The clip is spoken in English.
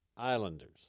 Islanders